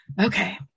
Okay